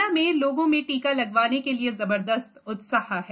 मुरैना में लोगों में टीका लगवाने के लिए जबरदस्त उत्साह है